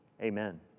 amen